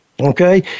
Okay